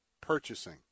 purchasing